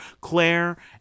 Claire